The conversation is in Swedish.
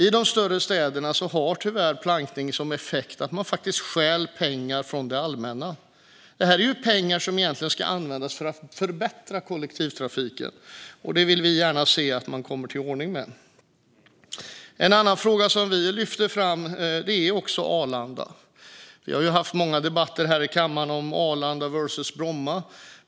I de större städerna har plankning tyvärr till effekt att man stjäl pengar från det allmänna. Detta är pengar som egentligen ska användas för att förbättra kollektivtrafiken. Vi vill gärna se att man får ordning på detta. En annan fråga som vi lyfter fram är Arlanda. Vi har haft många debatter här i kammaren om Arlanda versus Bromma.